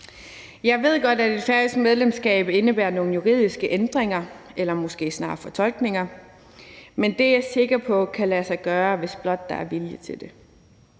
Jeg ved godt, at et færøsk medlemskab indebærer nogle juridiske ændringer eller måske snarere fortolkninger, men det er jeg sikker på kan lade sig gøre, hvis blot der er vilje til det.